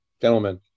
Gentlemen